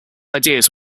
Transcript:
ideas